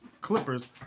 clippers